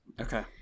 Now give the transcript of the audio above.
Okay